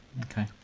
Okay